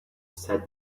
said